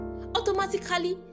Automatically